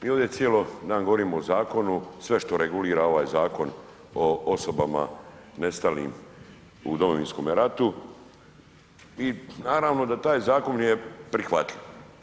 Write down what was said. Mi ovdje cijeli dan govorimo o zakonu, sve što regulira ovaj Zakon o osobama nestalim u Domovinskom ratu i naravno da taj zakon je prihvatljiv.